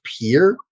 peer